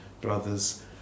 Brothers